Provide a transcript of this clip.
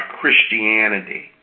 Christianity